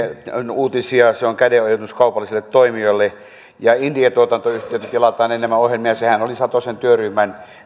uutisia se on kädenojennus kaupallisille toimijoille ja indie tuotantoyhtiöiltä tilataan enemmän ohjelmia sehän oli satosen työryhmän